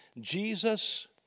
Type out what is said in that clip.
Jesus